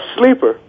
sleeper